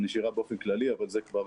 הנשירה באופן כללי אבל זה כבר